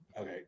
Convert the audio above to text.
Okay